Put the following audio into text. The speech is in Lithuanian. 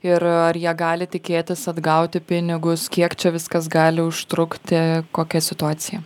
ir ar jie gali tikėtis atgauti pinigus kiek čia viskas gali užtrukti kokia situacija